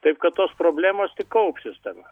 taip kad tos problemos tik kaupsis tada